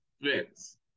Vince